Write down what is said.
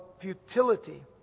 futility